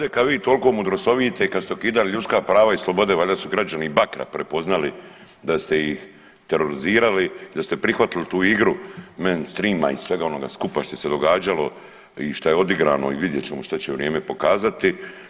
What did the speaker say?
Ajde kad vi toliko mudrosovite i kad ste ukidali ljudska prava i slobode valjda su građani Bakra prepoznali da ste ih terorizirali i da ste prihvatili tu igru mainstream-a i svega onoga skupa što se je događalo i što je odigrano i vidjet ćemo šta će vrijeme pokazati.